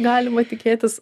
galima tikėtis